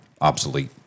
obsolete